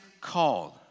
called